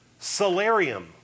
salarium